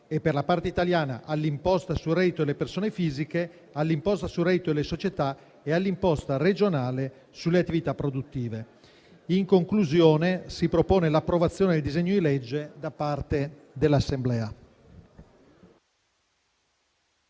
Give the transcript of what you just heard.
e, per la parte italiana, all'imposta sul reddito delle persone fisiche, all'imposta sul reddito delle società e all'imposta regionale sulle attività produttive. In conclusione, si propone l'approvazione del disegno di legge da parte dell'Assemblea.